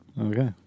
Okay